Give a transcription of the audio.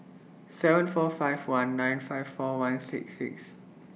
seven four five one nine five four one six six